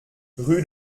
rue